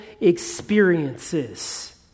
experiences